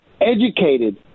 educated